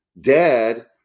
Dad